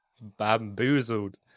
Bamboozled